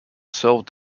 served